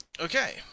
Okay